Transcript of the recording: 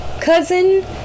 Cousin